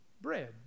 bread